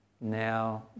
now